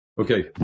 okay